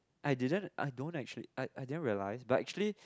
I didn't I don't actually I I didn't realise but actually